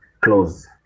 close